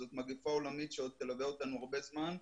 זאת מגיפה עולמית שעוד תלווה אותנו הרבה זמן,